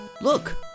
Look